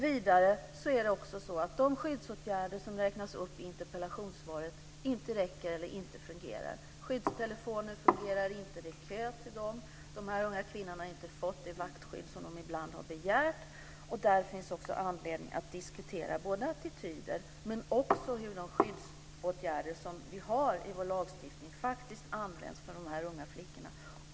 Vidare är det så att de skyddsåtgärder som räknas upp i interpellationssvaret inte räcker eller inte fungerar. Skyddstelefonen fungerar inte, och det är kö till en sådan. De här unga kvinnorna har inte fått det vaktskydd som de ibland begärt. Där finns det anledning att diskutera både attityder och hur de skyddsåtgärder som vi har i och med vår lagstiftning faktiskt används för de här unga flickorna.